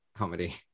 comedy